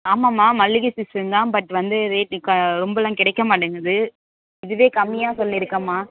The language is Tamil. ஆமாமாம் மல்லிகை சீசன்தான் பட் வந்து ரேட்டு க ரொம்பெல்லாம் கிடைக்கமாட்டேங்கிது இதுவே கம்மியாக சொல்லியிருக்கேன்மா